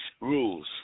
rules